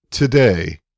Today